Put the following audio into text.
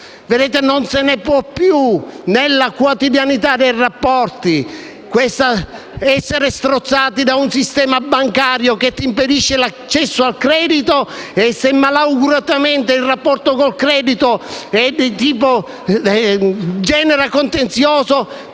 non se ne può più. Nella quotidianità dei rapporti si è strozzati da un sistema bancario che impedisce l'accesso al credito e, se malauguratamente il rapporto con il credito genera contenzioso,